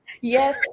Yes